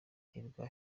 hirwa